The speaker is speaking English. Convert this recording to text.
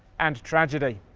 and tragedy.